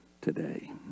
today